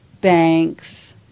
banks